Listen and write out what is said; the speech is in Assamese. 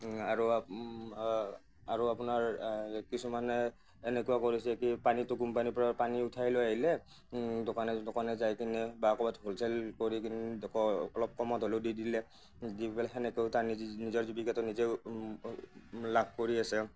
আৰু আৰু আপোনাৰ কিছুমানে এনেকুৱা কৰিছে কি পানীটো কোম্পানীৰ পৰা পানী উঠাই লৈ আহিলে দোকানে দোকানে যায় কিনে বা কৰ'বাত হোলচেল কৰি কিনে অলপ কমত হ'লেও দি দিলে দি পেলাই সেনেকেও তাৰ নিজৰ জীৱিকাটো নিজে লাভ কৰি আছে